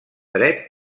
dret